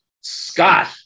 scott